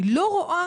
אני לא רואה